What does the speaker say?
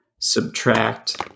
subtract